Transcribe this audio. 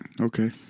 Okay